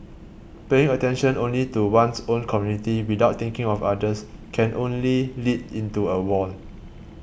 paying attention only to one's own community without thinking of others can only lead into a wall